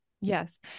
Yes